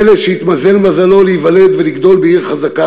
ילד שהתמזל מזלו להיוולד ולגדול בעיר חזקה